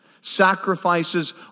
Sacrifices